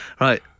right